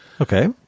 Okay